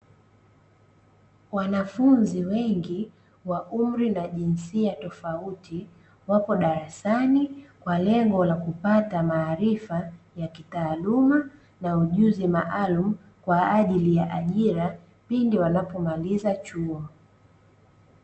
Wanafunzi wengi wa umri na jinsia tofauti wapo darasani kwa lengo la kupata maarifa ya kitaaluma na ujuzi maalumu, kwa ajili ya ajira pindi wanapomaliza chuo.